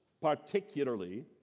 particularly